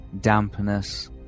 dampness